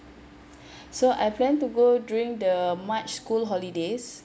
so I planning to go during the march school holidays